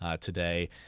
today